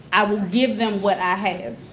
i will give them what i have.